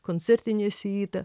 koncertinė siuita